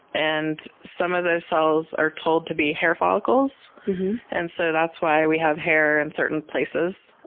and some of those cells are told to be hair follicles and so that's why we have hair in certain places.